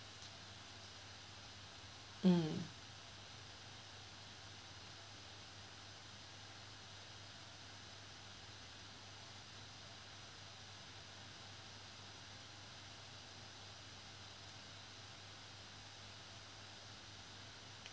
mm